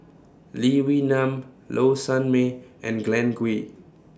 Lee Wee Nam Low Sanmay and Glen Goei